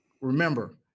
remember